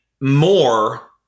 more